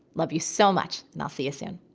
love you so much. and i'll see you soon.